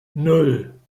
nan